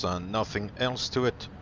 so nothing else to it!